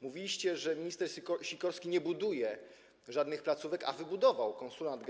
Mówiliście, że minister Sikorski nie buduje żadnych placówek, a wybudował konsulat